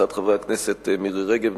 הצעות חברי הכנסת מירי רגב,